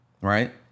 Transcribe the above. right